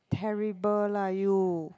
terrible lah you